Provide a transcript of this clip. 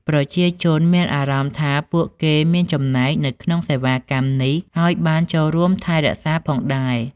ប្រជាជនមានអារម្មណ៍ថាពួកគេមានចំណែកនៅក្នុងសេវាកម្មនេះហើយបានចូលរួមថែរក្សាផងដែរ។